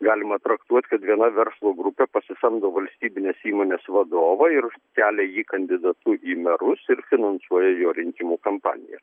galima traktuot kad viena verslo grupė pasisamdo valstybinės įmonės vadovą ir kelia jį kandidatu į merus ir finansuoja jo rinkimų kampaniją